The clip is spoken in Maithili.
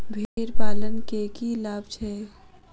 भेड़ पालन केँ की लाभ छै?